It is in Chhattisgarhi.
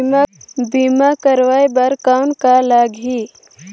बीमा कराय बर कौन का लगही?